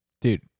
Dude